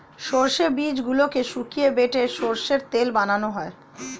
সর্ষের বীজগুলোকে শুকিয়ে বেটে সর্ষের তেল বানানো হয়